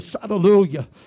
Hallelujah